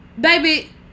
baby